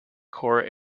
corps